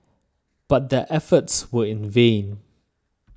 but their efforts were in vain